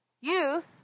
youth